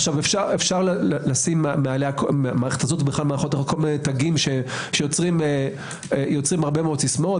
אפשר לשים על המערכת הזו כל מיני תגים שיוצרים הרבה סיסמאות,